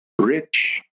rich